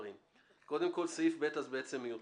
--- קודם כל, סעיף (ב) מיותר,